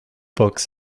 books